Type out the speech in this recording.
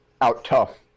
out-tough